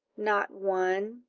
not one!